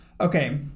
Okay